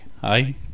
Hi